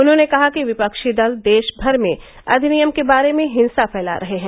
उन्होंने कहा कि विपक्षी दल देश भर में अधिनियम के बारे में हिंसा फैला रहे हैं